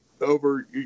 over